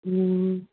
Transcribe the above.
ꯎꯝ